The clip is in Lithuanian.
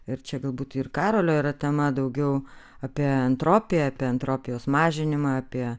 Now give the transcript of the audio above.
ir čia galbūt ir karolio yra tema daugiau apie entropiją apie entropijos mažinimą apie